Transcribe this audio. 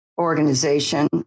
organization